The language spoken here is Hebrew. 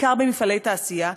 בעיקר במפעלי תעשייה,